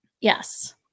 Yes